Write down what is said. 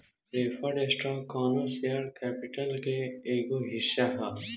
preferred stock कौनो share capital के एगो हिस्सा ह